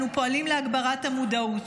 אנו פועלים להגברת המודעות,